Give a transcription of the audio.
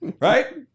Right